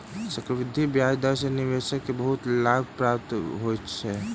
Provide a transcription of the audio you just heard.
चक्रवृद्धि ब्याज दर सॅ निवेशक के बहुत लाभ प्राप्त होइत अछि